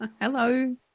Hello